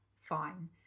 fine